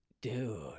Dude